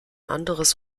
anderes